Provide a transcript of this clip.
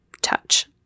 touch